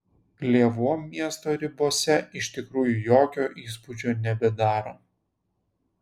lėvuo miesto ribose iš tikrųjų jokio įspūdžio nebedaro